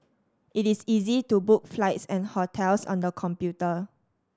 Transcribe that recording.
it is easy to book flights and hotels on the computer